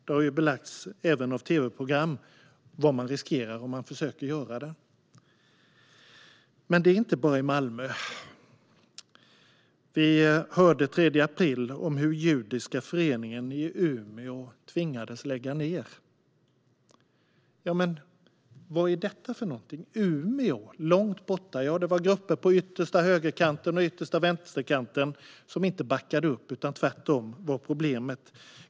Det har även belagts i något tv-program vad man riskerar om man försöker att göra det. Men det är inte bara i Malmö. Vi hörde den 3 april om hur den judiska föreningen i Umeå tvingades att lägga ned. Vad är då detta för någonting? Umeå ligger ju långt borta! Det var grupper på den yttersta högerkanten och yttersta vänsterkanten som inte backade upp utan som tvärtom var problemet.